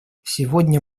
сегодня